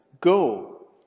Go